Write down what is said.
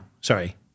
Sorry